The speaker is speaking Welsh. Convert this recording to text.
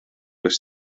oes